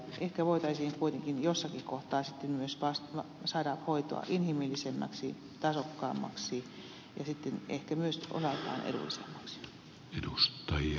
ehkä voitaisiin kuitenkin jossakin kohtaa sitten myös saada hoitoa inhimillisemmäksi tasokkaammaksi ja ehkä myös osaltaan edullisemmaksi